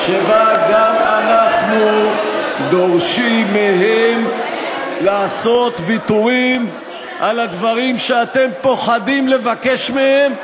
שבה גם אנחנו דורשים מהם לעשות ויתורים על הדברים שאתם פוחדים לבקש מהם,